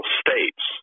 states